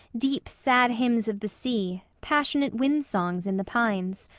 deep, sad hymns of the sea, passionate wind-songs in the pines.